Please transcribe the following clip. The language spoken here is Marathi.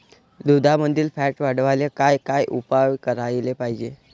दुधामंदील फॅट वाढवायले काय काय उपाय करायले पाहिजे?